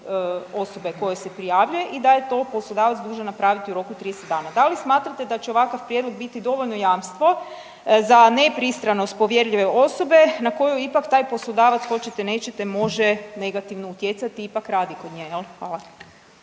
osobe koja se prijavljuje i daje to poslodavac dužan napraviti u roku od 30 dana. Da li smatrate da će ovakav prijedlog biti dovoljno jamstvo za nepristranost povjerljive osobe na koju ipak taj poslodavac, hoćete, nećete, može negativno utjecati, ipak radi kod nje, je li?